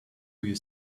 you